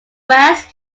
west